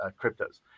cryptos